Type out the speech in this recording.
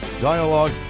dialogue